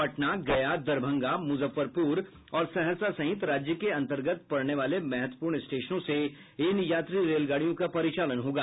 पटना गया दरभंगा मुजफ्फरपुर और सहरसा सहित राज्य के अंतर्गत पड़ने वाले महत्वपूर्ण स्टेशनों से इन यात्री रेलगाड़ियों का परिचालन होगा